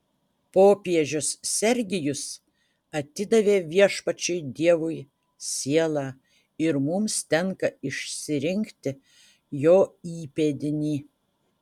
popiežius sergijus atidavė viešpačiui dievui sielą ir mums tenka išsirinkti jo įpėdinį